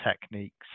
techniques